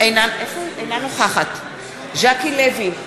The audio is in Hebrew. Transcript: אינה נוכחת ז'קי לוי,